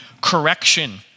correction